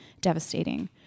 devastating